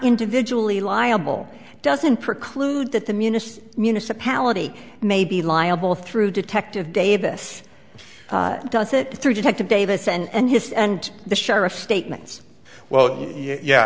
individually liable doesn't preclude that the munis municipality may be liable through detective davis does it through detective davis and his and the sheriff's statements well yeah